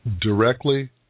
directly